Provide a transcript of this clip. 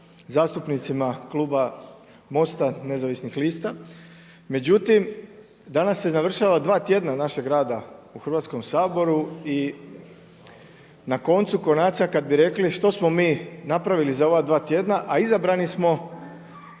zastupnicima kluba MOST-a Nezavisnih lista, međutim danas se navršava 2 tjedna našeg rada u Hrvatskom saboru i na koncu konaca kada bi rekli što smo mi napravili za ova dva tjedna a izabrani smo